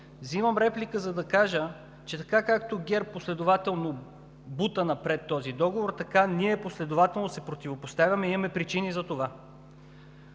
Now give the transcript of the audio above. Взимам реплика, за да кажа, че така както ГЕРБ последователно бута напред този договор, така ние последователно се противопоставяме и имаме причини за това.